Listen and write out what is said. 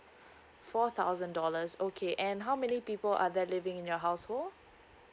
four thousand dollars okay and how many people are there living in your household